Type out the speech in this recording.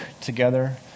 together